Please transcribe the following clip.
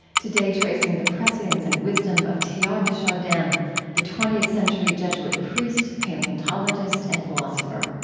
today, tracing the prescience and wisdom of teilhard de chardin the twentieth century jesuit priest, paleontologist, and philosopher.